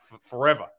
forever